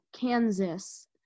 Kansas